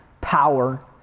power